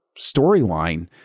storyline